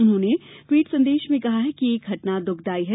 उन्होंने ट्वीट संदेश में कहा कि यह घटना दुखदायी है